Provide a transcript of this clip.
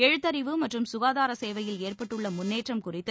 எழுத்தறிவு மற்றும் சுகாதார சேவையில் ஏற்பட்டுள்ள முன்னேற்றம் குறித்து